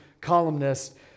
columnist